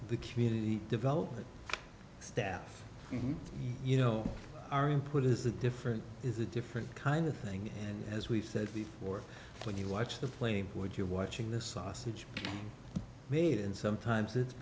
the community development staff you know our input is the different is a different kind of thing and as we've said before when you watch the flame what you're watching the sausage made and sometimes it's